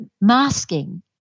masking